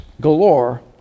galore